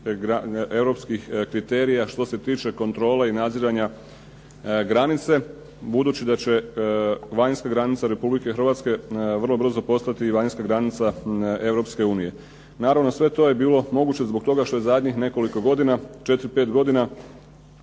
europskih kriterija što se tiče kontrole i nadziranja granice budući da će vanjska granica Republike Hrvatske vrlo brzo postati i vanjska granica Europske unije. Naravno, sve to je bilo moguće zbog toga što je zadnjih nekoliko godina, četiri,